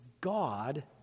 God